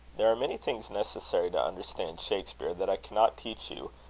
there are many things necessary to understand shakspere that i cannot teach you,